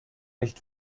nicht